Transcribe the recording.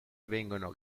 vengono